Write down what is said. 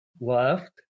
left